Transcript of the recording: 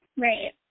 Right